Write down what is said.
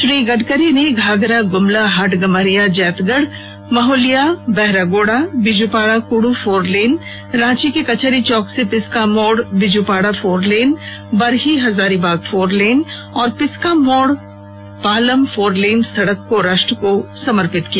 श्री गडकरी ने घाघरा गुमला हाटगम्हरिया जैंतगढ़ महुलिया बहरागोड़ा बीजूपाड़ा कुड़ू फोरलेन रांची के कचहरी चौक से पिस्का मोड़ बिजुपाड़ा फोरलेन बरही हजारीबाग फोरलेन और पिस्का मोड़ पालम फोरलेन सड़क को राष्ट्र को समर्पित किया